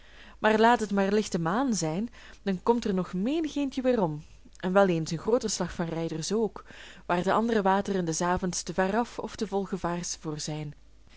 maar laat het maar lichte maan zijn dan komt er nog menigeentje weerom en wel eens een grooter slag van rijders ook waar de andere wateren des avonds te ver af of te vol gevaars voor zijn